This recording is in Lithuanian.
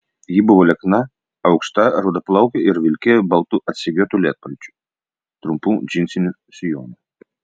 ji buvo liekna aukšta rudaplaukė ir vilkėjo baltu atsegiotu lietpalčiu trumpu džinsiniu sijonu